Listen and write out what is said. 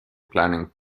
planning